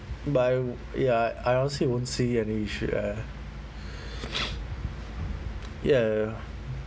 but I w~ ya I honestly won't any ah ya